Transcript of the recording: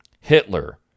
Hitler